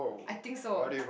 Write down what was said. I think so